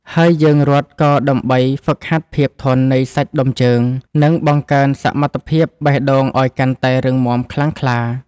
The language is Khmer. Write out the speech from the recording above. ហើយយើងរត់ក៏ដើម្បីហ្វឹកហាត់ភាពធន់នៃសាច់ដុំជើង និងបង្កើនសមត្ថភាពបេះដូងឱ្យកាន់តែរឹងមាំខ្លាំងក្លា។